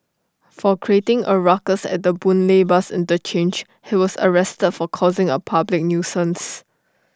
for creating A ruckus at the boon lay bus interchange he was arrested for causing A public nuisance